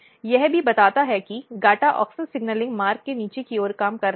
यह भी बताता है कि GATA ऑक्सिन सिग्नलिंग मार्ग के नीचे की ओर काम कर रहा है